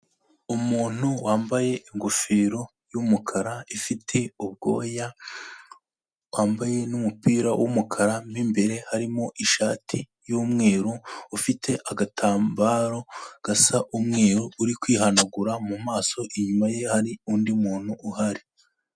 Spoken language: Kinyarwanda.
Umuntu wambaye ingofero y'umukara ifite ubwoya, wambaye n'umupira w'umukara mu imbere harimo ishati y'umweru, ufite agatambaro gasa umweru uri kwihanagura mu maso, inyuma ye hari undi muntu uhari.